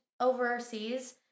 overseas